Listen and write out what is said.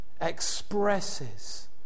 expresses